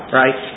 right